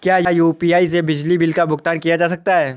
क्या यू.पी.आई से बिजली बिल का भुगतान किया जा सकता है?